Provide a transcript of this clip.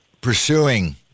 pursuing